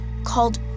called